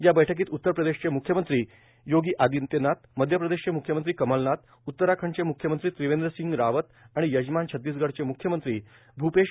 या बैठकीत उत्तर प्रदेशचे मुख्यमंत्री योगी आदित्यनाथ मध्य प्रदेशचे मुख्यमंत्री कमलनाथ उत्तराखंडचे मुख्यमंत्री त्रिवेदंसिंग रावत आणि यजमान छत्तिसगडचे मुख्यमंत्री भूपेश बघेल सहभागी झाले आहेत